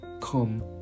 come